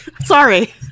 Sorry